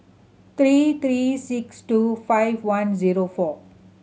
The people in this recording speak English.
three three six two five one zero four